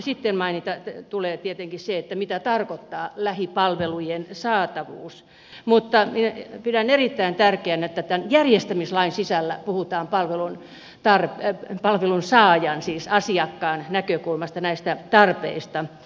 sitten tulee tietenkin se että mitä tarkoittaa lähipalvelujen saatavuus mutta minä pidän erittäin tärkeänä että tämän järjestämislain sisällä puhutaan palvelun saajan siis asiakkaan näkökulmasta näistä tarpeista